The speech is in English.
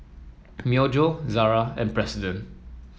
Myojo Zara and President